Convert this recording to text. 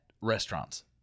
restaurants